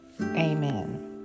Amen